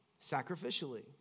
sacrificially